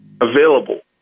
available